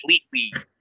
completely